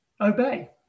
obey